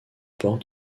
port